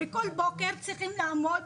וכל בוקר צריכים לעמוד